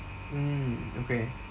mm okay